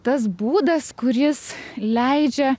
tas būdas kuris leidžia